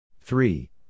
Three